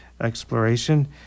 exploration